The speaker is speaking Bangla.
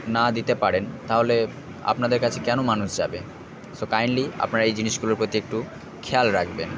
না দিতে পারেন তাহলে আপনাদের কাছে কেন মানুষ যাবে সো কাইন্ডলি আপনারা এই জিনিসগুলোর প্রতি একটু খেয়াল রাখবেন